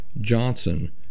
Johnson